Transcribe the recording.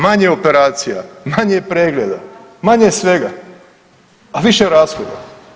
Manje operacija, manje pregleda, manje svega, a više rashoda.